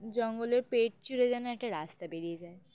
জঙ্গলের পেট চিরে যেন একটা রাস্তা বেরিয়ে যায়